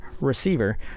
receiver